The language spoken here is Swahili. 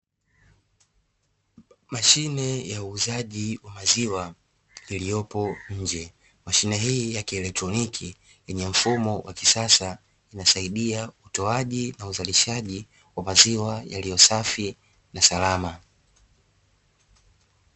Mashine ya uuzaji wa maziwa iliyopo nje mashine hii ya kielektroniki yenye mfumo wa kisasa inasaidia utoaji na uzalishaji wa maziwa yaliyo safi na salama.